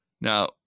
Now